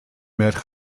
met